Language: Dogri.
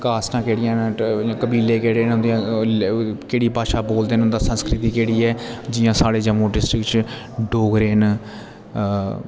कास्टा केह्ड़िया न उंदे कबीले केह्ड़े न उनदिया केह्डी भाशा बोलदे न उंदा संस्कृति केह्डी ऐ जियां साढ़े जम्मू डिस्ट्रिक्ट च डोगरे न